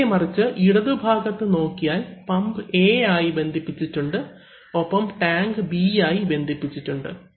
നേരെ മറിച്ച് ഇടതു ഭാഗത്തോട് നീക്കിയാൽ പമ്പ് A ആയി ബന്ധിപ്പിച്ചിട്ടുണ്ട് ഒപ്പം ടാങ്ക് B ആയി ബന്ധിപ്പിച്ചിട്ടുണ്ട്